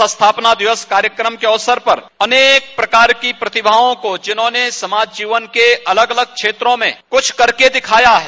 इस स्थापना दिवस कार्यकम के अवसर पर अनेक प्रकार की प्रतिभाओं को जिन्होंने समाज जीवन के अलग अलग क्षेत्रों में कुछ करके दिखाया है